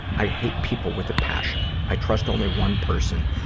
i hate people with a passion. i trust only one person,